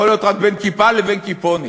יכול להיות רק בין כיפה לבין כיפונת.